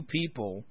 people